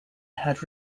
had